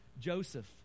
joseph